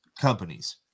companies